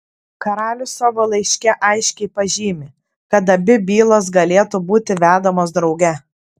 karalius savo laiške aiškiai pažymi kad abi bylos galėtų būti vedamos drauge